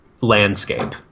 landscape